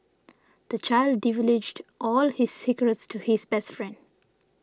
the child divulged all his secrets to his best friend